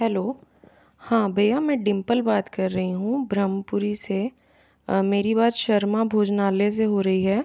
hello हाँ भईया मैं डिंपल बात कर रही हूँ ब्रम्हपुरी से मेरी बात शर्मा भोजनालय से हो रही है